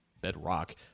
bedrock